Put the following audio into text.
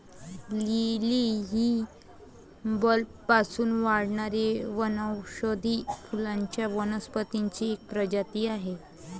lily ही बल्बपासून वाढणारी वनौषधी फुलांच्या वनस्पतींची एक प्रजाती आहे